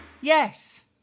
Yes